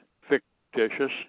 fictitious